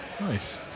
Nice